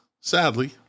sadly